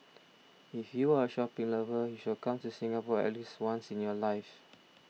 if you are a shopping lover you should come to Singapore at least once in your life